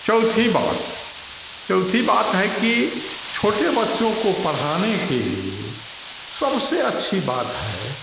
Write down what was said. चौथी बात चौथी बात है कि छोटे बच्चों को पढ़ाने के लिए सबसे अच्छी बात है